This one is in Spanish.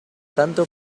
tanto